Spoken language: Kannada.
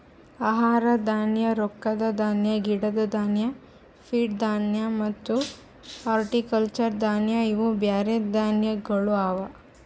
ಆಹಾರ ಧಾನ್ಯ, ರೊಕ್ಕದ ಧಾನ್ಯ, ಗಿಡದ್ ಧಾನ್ಯ, ಫೀಡ್ ಧಾನ್ಯ ಮತ್ತ ಹಾರ್ಟಿಕಲ್ಚರ್ ಧಾನ್ಯ ಇವು ಬ್ಯಾರೆ ಧಾನ್ಯಗೊಳ್ ಅವಾ